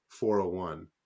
401